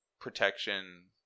protection